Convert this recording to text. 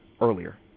earlier